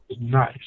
nice